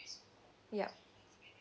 yup